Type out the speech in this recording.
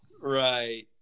Right